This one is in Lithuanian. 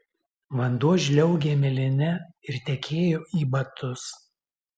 vanduo žliaugė miline ir tekėjo į batus